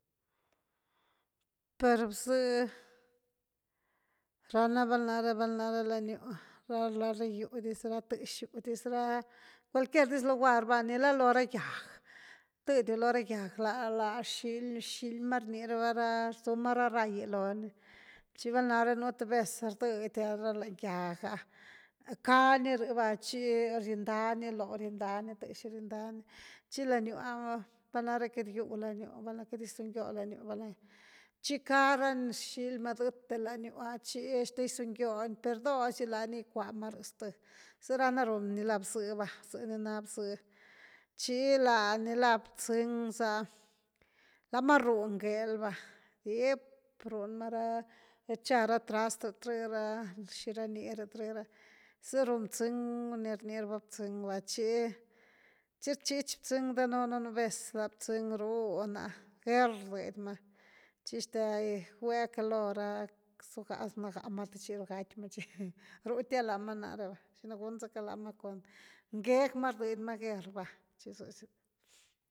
Per bxë, ra na val nare, val nare lany gyu, ra ladra gyu diz, tëx gyu dis ra, cualquier dis lugar va, nicka lo ra gyag tedio lo ra gyag la, lá xily – xily mar ni raba ra rzu ma ra ray’lo nitchi val nare nú th vez rdedia ra nlany gyag ah, cani rh va tchi rindani loo. rinda ni tëxu rninda ni, tchi lany gyu ‘ah valnare queity gyu lany gyu, val nare queity gizun gio lany gyu tchi cá ra xily ma dëthe lanygyu ah tchi hasta gizungioni per doo zy lani bcua manir rh zth, zë rá’na run ni la bxë va, zë ni na bxë. Tchi la ni la btzëng sa’a lama run gel va, dip run ma ra lath cha trast, lat rh ra xira ni, lat rh ra, zë ru, btzëng ni rni raba btzëng va tchi – tchi rchich btzëng danuun nú vez la btzëng rúun’a gerr dedy ma tchi hasta gigwe calo’ra zugha ma te tchi ru gaty ma, ruthia láma nare va, xina gun zacka lama per com ngeg ma rdeddy ma guerra va, tchi zëzy.